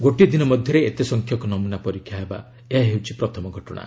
ଗୋଟିଏ ଦିନ ମଧ୍ୟରେ ଏତେ ସଂଖ୍ୟକ ନମୁନା ପରୀକ୍ଷା ହେବା ଏହା ହେଉଛି ପ୍ରଥମ ଘଟଣା